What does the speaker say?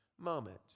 moment